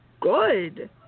good